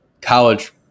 college